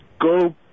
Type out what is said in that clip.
Go